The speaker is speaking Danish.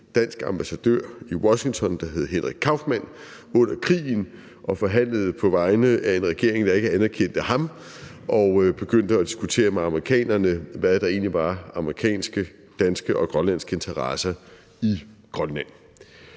dansk ambassadør i Washington, der hed Henrik Kaufmann, som forhandlede på vegne af en regering, der ikke anerkendte ham, og han begyndte at diskutere med amerikanerne, hvad der egentlig var amerikanske, danske og grønlandske interesser i Grønland.